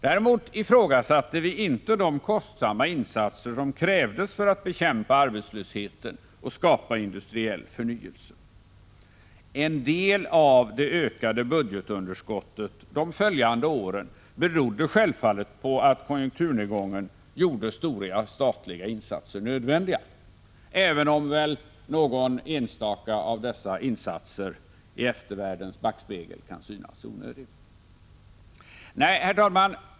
Däremot ifrågasatte vi inte de kostsamma insatser som krävdes för att bekämpa arbetslösheten och skapa industriell förnyelse. En del av det ökade budgetunderskottet de följande åren berodde självfallet på att konjunkturnedgången gjorde stora statliga insatser nödvändiga — även om väl någon enstaka av dessa insatser i eftervärldens backspegel kan synas onödig. Herr talman!